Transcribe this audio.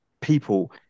people